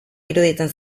iruditzen